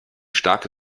starke